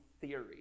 theory